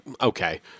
okay